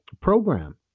program